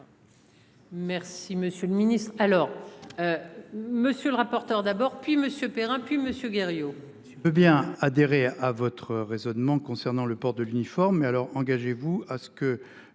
Merci, monsieur le Ministre, alors. Monsieur le rapporteur. D'abord, puis monsieur Perrin, puis Monsieur Guerriau.